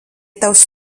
tavs